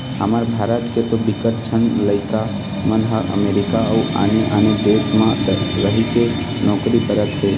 हमर भारत के तो बिकट झन लइका मन ह अमरीका अउ आने आने देस म रहिके नौकरी करत हे